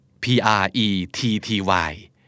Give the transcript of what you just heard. P-R-E-T-T-Y